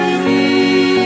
see